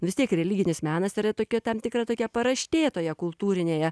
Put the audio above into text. vis tiek religinis menas yra tokia tam tikra tokia paraštė toje kultūrinėje